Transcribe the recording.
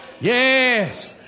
Yes